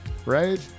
right